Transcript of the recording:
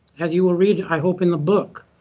as you will read i hope in the book.